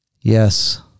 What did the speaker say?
Yes